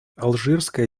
алжирская